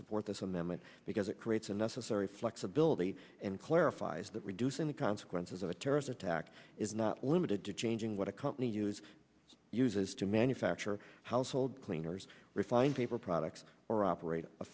support this amendment because it creates a necessary flexibility and clarifies that reducing the consequences of a terrorist attack is not limited to changing what a company use uses to manufacture household cleaners refine paper products or operate a